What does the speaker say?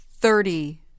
thirty